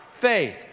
faith